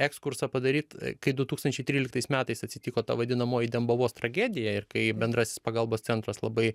ekskursą padaryt kai du tūkstančiai tryliktais metais atsitiko ta vadinamoji dembavos tragedija ir kai bendrasis pagalbos centras labai